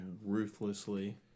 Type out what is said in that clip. ruthlessly